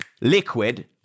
liquid